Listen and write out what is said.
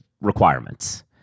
requirements